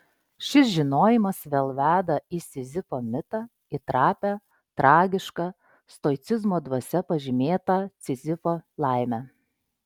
šis žinojimas vėl veda į sizifo mitą į trapią tragišką stoicizmo dvasia pažymėtą sizifo laimę